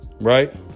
Right